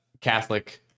Catholic